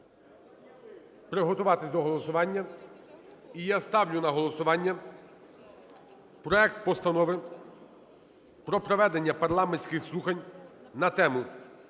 я ставлю на голосування проект Постанови про проведення парламентських слухань на тему: